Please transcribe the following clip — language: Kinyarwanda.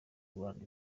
rwanda